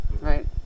Right